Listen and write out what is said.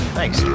Thanks